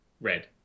red